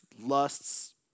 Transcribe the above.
lusts